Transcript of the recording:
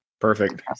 Perfect